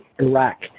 Iraq